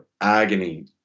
agony